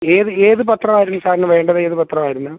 ഏത് ഏത് പത്രമായിരുന്നു സാറിന് വേണ്ടത് ഏത് പത്രമായിരുന്നു